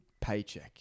paycheck